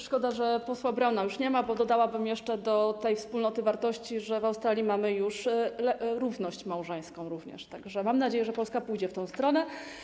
Szkoda że posła Brauna już nie ma, bo dodałabym jeszcze do tej wspólnoty wartości, że w Australii mamy już równość małżeńską, tak że mam nadzieję, że Polska pójdzie w tę stronę.